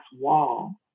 wall